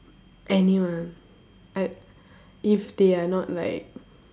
anyone I if they are not like